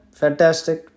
fantastic